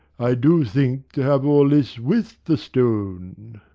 i do think t' have all this with the stone.